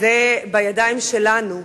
זה בידיים שלנו.